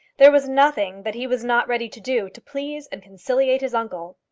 there was nothing that he was not ready to do to please and conciliate his uncle.